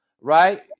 right